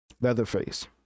Leatherface